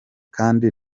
kandi